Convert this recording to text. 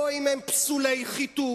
או אם הם פסולי חיתון,